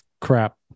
crap